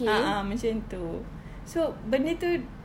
a'ah macam itu so benda itu